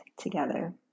together